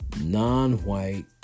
non-white